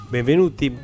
benvenuti